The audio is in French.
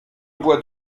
bois